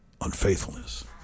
unfaithfulness